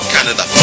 Canada